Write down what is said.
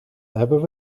hebben